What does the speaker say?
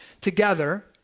together